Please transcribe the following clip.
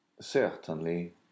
Certainly